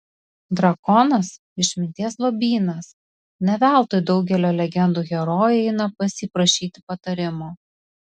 drakonas išminties lobynas ne veltui daugelio legendų herojai eina pas jį prašyti patarimo